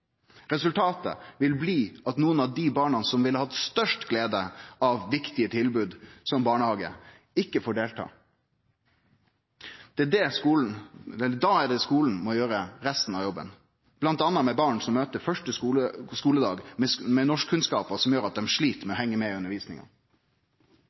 Resultatet vil bli at nokre av dei barna som ville hatt størst glede av viktige tilbod som barnehage, ikkje får delta. Det er da skolen må gjere resten av jobben, m.a. med barn som møter første skoledagen med norskkunnskapar som gjer at dei slit med